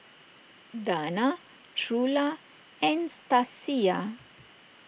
Dana Trula and Stasia